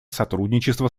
сотрудничество